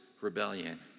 rebellion